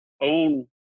own